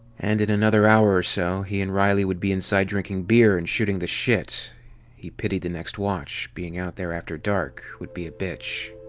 and in another hour or so, he and riley would be inside drinking beer and shooting the shit he pitied the next watch being out here after dark would be a bitch.